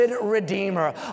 Redeemer